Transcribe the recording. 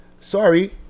Sorry